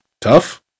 tough